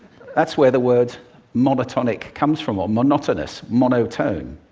that's where the word monotonic comes from, or monotonous, monotone.